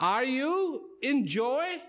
are you enjoy